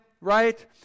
right